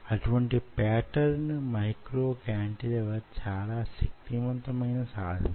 అటువంటి pattern micro cantilever చాలా శక్తిమంతమైన సాధనం